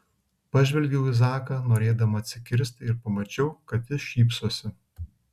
pažvelgiau į zaką norėdama atsikirsti ir pamačiau kad jis šypsosi